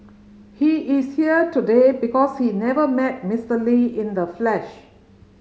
he is here today because he never met Mister Lee in the flesh